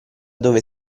dove